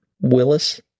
Willis